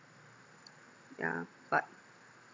yeah but